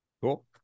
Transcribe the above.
cool